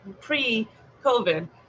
pre-COVID